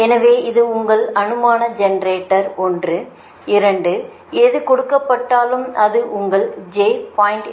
எனவே இது உங்கள் அனுமான ஜெனரேட்டர் ஒன்று 2 எது கொடுக்கப்பட்டாலும் அது உங்கள் j 0